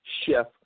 Chef